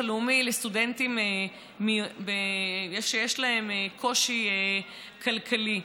הלאומי לסטודנטים שיש להם קושי כלכלי.